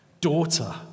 daughter